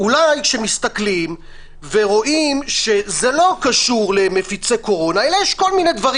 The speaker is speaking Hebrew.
אולי כשמסתכלים ורואים שזה לא קשור למפיצי קורונה אלא יש כל מיני דברים